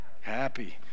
happy